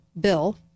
bill